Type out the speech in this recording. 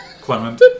Clement